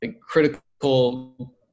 critical